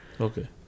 Okay